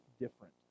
different